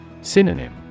Synonym